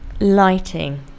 lighting